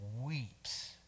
weeps